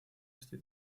este